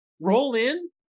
roll-in